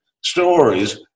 stories